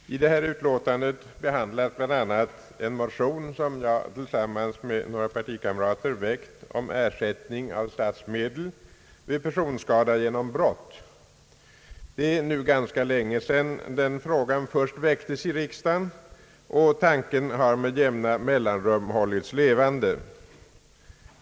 Herr talman! I detta utlåtande behandlas bl.a. en motion, som jag tillsammans med några partikamrater har väckt om ersättning av statsmedel vid personskada genom brott. Det är nu ganska länge sedan den frågan först väcktes i riksdagen, och tanken har med jämna mellanrum hållits levande.